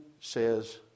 says